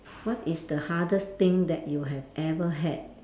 what is the hardest thing that you have ever had